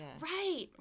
Right